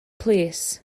plîs